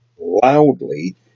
loudly